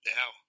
Now